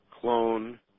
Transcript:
clone